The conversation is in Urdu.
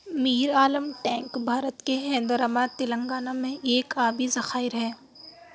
میر عالم ٹینک بھارت کے حیدرآباد تلنگانہ میں ایک آبی ذخائر ہے